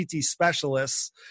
specialists